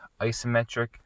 isometric